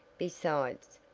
besides,